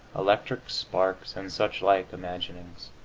electric sparks and such-like imaginings.